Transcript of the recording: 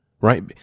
Right